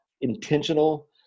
intentional